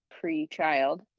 pre-child